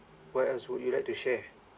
what else would you like to share